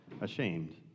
ashamed